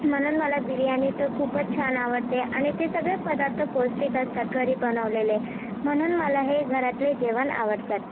म्हणून मला बिर्याणी तर खूपच छान आवडते आणि ते सगळे पदार्थ पौष्टिक असतात घरी बनवलेले म्हणून मला हे घरातले जेवण आवडतात